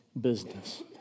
business